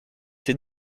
ces